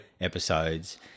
episodes